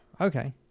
okay